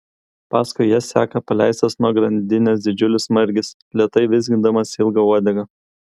paskui jas seka paleistas nuo grandinės didžiulis margis lėtai vizgindamas ilgą uodegą